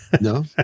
no